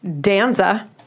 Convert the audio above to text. Danza